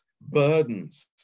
burdens